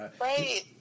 right